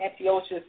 Antiochus